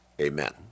amen